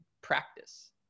practice